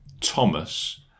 Thomas